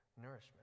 nourishment